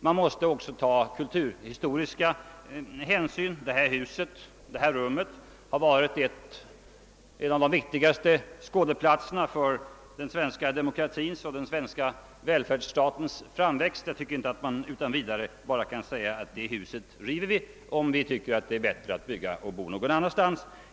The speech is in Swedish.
Man måste också ta kulturhistoriska hänsyn. Detta hus och detta rum har varit en av de viktigaste skådeplatserna för den svenska demokratins och den svenska välfärdsstatens framväxt. Jag tycker inte att man utan vidare kan säga: Det huset river vi om vi tycker att det är bättre att bygga och bo någon annanstans.